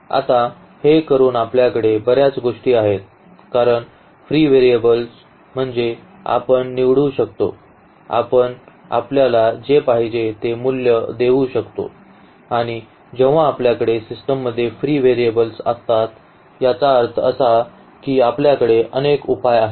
आता हे करून आपल्याकडे बर्याच गोष्टी आहेत कारण फ्री व्हेरिएबल्स म्हणजे आपण निवडू शकतो आपण आपल्याला जे पाहिजे ते मूल्य देऊ शकतो आणि जेव्हा आपल्याकडे सिस्टममध्ये फ्री व्हेरिएबल्स असतात याचा अर्थ असा की आपल्याकडे अनेक उपाय आहेत